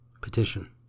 Petition